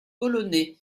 polonais